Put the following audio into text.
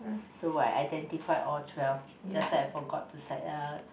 so I identified all twelve just that I forgot to